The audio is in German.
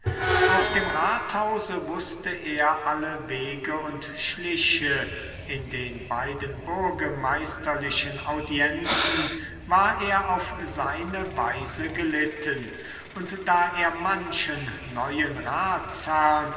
auf dem rathause wußte er alle wege und schliche in den beiden burgemeisterlichen audienzen war er auf seine weise gelitten und da er manchen neuen